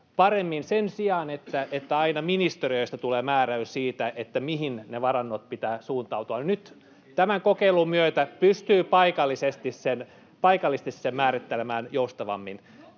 paremmin, sen sijaan, että aina ministeriöstä tulee määräys siitä, mihin ne varannot pitää suunnata. Nyt tämän kokeilun myötä pystyy paikallisesti sen määrittelemään joustavammin.